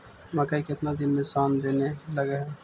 मकइ केतना दिन में शन देने लग है?